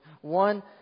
one